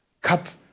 cut